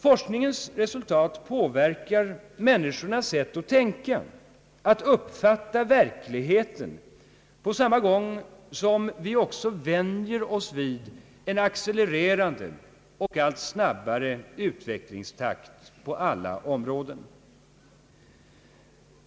Forskningens resuitat påverkar människornas sätt att tänka, att uppfatta verkligheten, på samma gång som vi också vänjer oss vid en accelererande och allt snabbare utvecklingstakt på olika områden.